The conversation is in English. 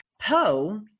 Poe